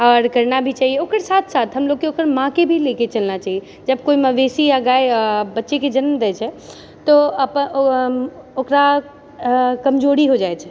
आओर करना भी चाहिए ओकर साथ साथ हमलोगोके ओकर माँके भी लेके चलना चाहिए जब कोइ मवेशी या गाय बच्चेके जन्म दए छै तऽ अपन ओकरा कमजोरी हो जाइत छै